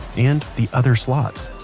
and the other slots